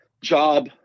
job